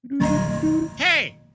Hey